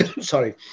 sorry